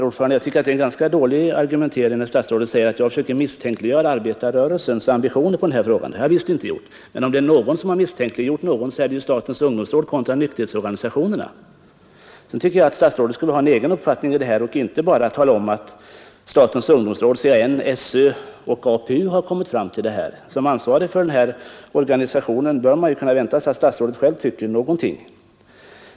Herr talman! Jag tycker det är en ganska dålig argumentering, när Torsdagen den statsrådet fru Odhnoff säger att jag försöker misstänkliggöra arbetarrörel 26 oktober 1972 sens ambitioner när det gäller denna fråga. Det har jag visst inte gjort. Om ör någon, så är det statens ungdomsråd kontra Ang. fördelningen tionerna. av anslaget till upp nykterhetsorgani Sedan tycker jag också att statsrådet skulle ha en egen uppfattning i lysning om alkoholdenna fråga, inte bara tala om vad statens ungdomsråd, CAN, SÖ och och narkotika APU har kommit fram till. Man bör kunna vänta sig att statsrådet som problemen ansvarig för den organisation det här gäller själv tycker någonting.